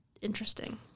interesting